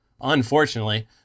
unfortunately